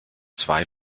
zwei